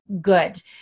good